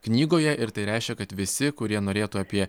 knygoje ir tai reiškia kad visi kurie norėtų apie